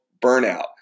burnout